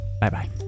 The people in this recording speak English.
bye-bye